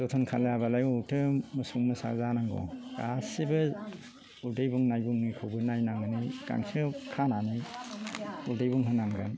जोथोन खालायाब्लालाय बोरैथो मोसौ मोसा जानांगौ गासिबो उदै बुंनाय खौबो नायनानै गांसोआव खानानै उदै बुंहोनांगोन